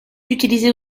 utilisées